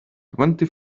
twenty